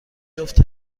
جفت